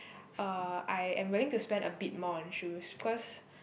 uh I am willing to spend a bit more on shoes because